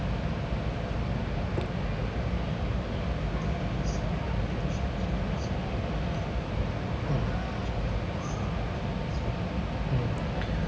mm mm